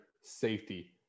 safety